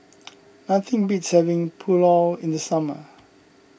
nothing beats having Pulao in the summer